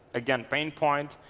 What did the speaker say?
again pain point.